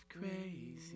crazy